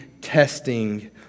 testing